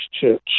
church